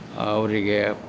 ಅವ್ರಿಗೆ